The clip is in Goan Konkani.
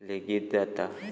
लेगीत येता